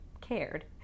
cared